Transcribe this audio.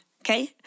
Okay